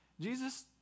Jesus